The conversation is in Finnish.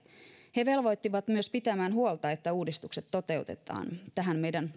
he velvoittivat myös pitämään huolta että uudistukset toteutetaan tähän meidän